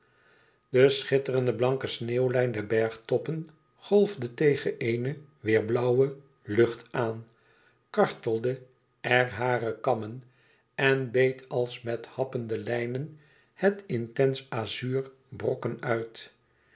de schitterend blanke sneeuwlijn der bergtoppen golfde tegen eene weêr blauwe lucht aan kartelde er hare kammen en beet als met happende lijnen het intens azuur brokken uit